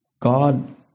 God